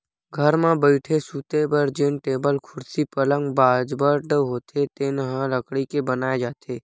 घर म बइठे, सूते बर जेन टेबुल, कुरसी, पलंग, बाजवट होथे तेन ह लकड़ी के बनाए जाथे